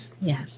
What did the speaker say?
yes